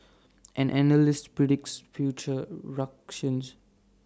and analysts predicts future ructions